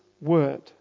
Word